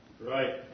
right